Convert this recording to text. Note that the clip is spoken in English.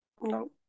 No